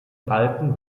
balken